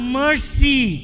mercy